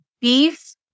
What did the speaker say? beef